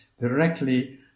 directly